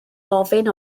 ofyn